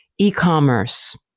E-commerce